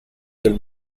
del